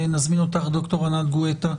נזמין אותך ד"ר ענת גואטה.